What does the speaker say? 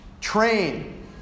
train